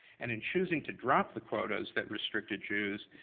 and in choosing to drop the quotas that restricted jews,